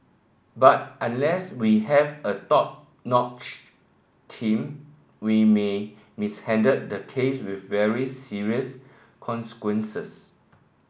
but unless we have a top notch team we may mishandle the case with very serious consequences